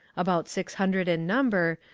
about six hundred in number,